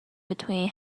between